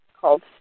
called